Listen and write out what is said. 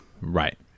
Right